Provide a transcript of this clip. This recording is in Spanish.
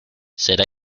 será